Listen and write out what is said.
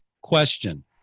question